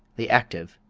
the active,